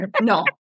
no